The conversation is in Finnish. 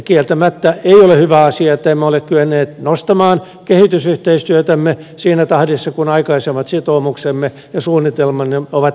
kieltämättä ei ole hyvä asia ettemme ole kyenneet nostamaan kehitysyhteistyötämme siinä tahdissa kuin aikaisemmat sitoumuksemme ja suunnitelmamme ovat edellyttäneet